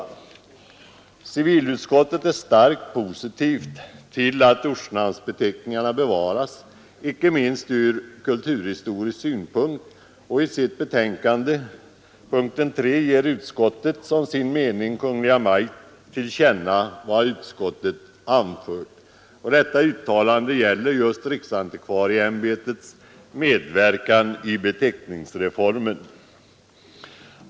Civilutskottet är starkt positivt till att ortnamnen bevaras, icke minst ur kulturhistorisk synpunkt, och i sitt betänkande hemställer utskottet under punkten 3 att riksdagen som sin mening ger Kungl. Maj:t till känna vad utskottet anfört. Detta uttalande gäller just riksantikvarieämbetets medverkan i beteckningsreformen.